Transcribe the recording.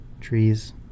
trees